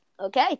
Okay